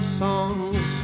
songs